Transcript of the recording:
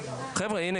הנה,